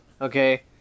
okay